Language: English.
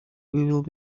will